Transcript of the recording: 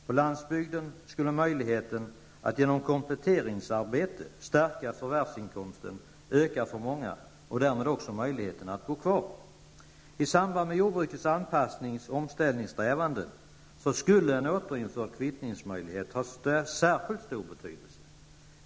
På landsbygden skulle möjligheterna bli större för många att genom kompletteringsarbete stärka förvärvsinkomsten och därmed möjligheten att bo kvar. I samband med jordbrukets anpassnings och omställningssträvanden skulle en återinförd kvittningsmöjlighet ha särskilt stor betydelse.